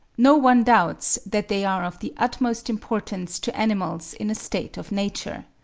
no one doubts that they are of the utmost importance to animals in a state of nature.